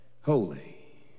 holy